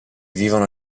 vivono